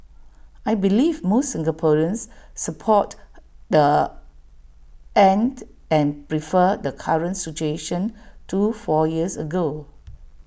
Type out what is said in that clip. I believe most Singaporeans support the end and prefer the current situation to four years ago